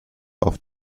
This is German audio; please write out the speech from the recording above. auf